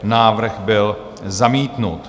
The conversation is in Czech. Návrh byl zamítnut.